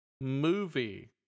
movie